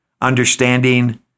understanding